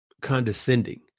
condescending